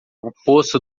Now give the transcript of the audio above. oposto